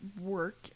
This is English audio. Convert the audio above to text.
Work